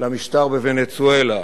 למשטר בוונצואלה,